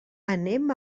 anem